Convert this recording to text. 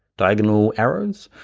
diagonal errors.